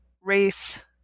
race